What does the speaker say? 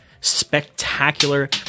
spectacular